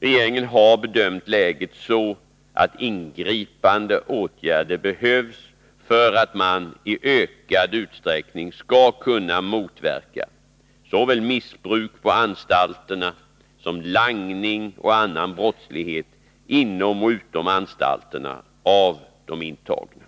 Regeringen har bedömt läget så, att ingripande åtgärder behövs för att man i ökad utsträckning skall kunna motverka såväl missbruk på anstalterna som langning och annan brottslighet inom och utom anstalterna bland de intagna.